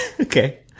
Okay